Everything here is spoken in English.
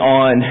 on